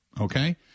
Okay